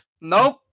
Nope